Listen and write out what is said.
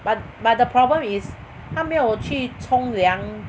but but the problem is 他没有去冲凉